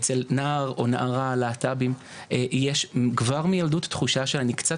אצל נער או נערה להט"בים יש כבר מילדות תחושה שאני קצת